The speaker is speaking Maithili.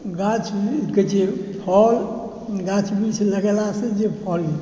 गाछ वृक्ष कहै छिए फल गाछ वृक्ष लगेलासँ जे फल